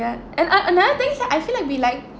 ya uh and another thing I feel like we like